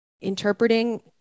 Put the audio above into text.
interpreting